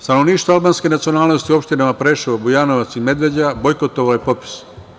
Stanovništvo albanske nacionalnosti u opštinama Preševo, Bujanovac i Medveđa, bojkotovalo je popis.